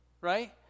right